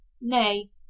Nay